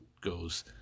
goes